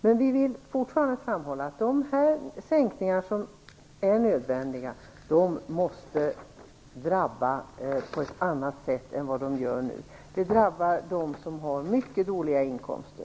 Men vi vill fortfarande framhålla att de sänkningar som är nödvändiga måste drabba på ett annat sätt än vad de gör nu. De drabbar ju dem som har mycket dåliga inkomster.